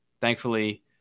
Thankfully